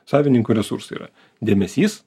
savininkų resursai yra dėmesys